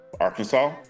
Arkansas